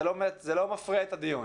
זה לא מפרה את הדיון.